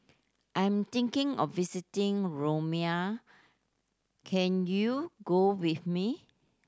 I'm thinking of visiting Romania can you go with me